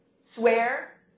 swear